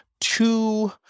two